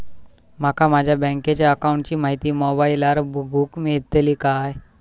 माका माझ्या बँकेच्या अकाऊंटची माहिती मोबाईलार बगुक मेळतली काय?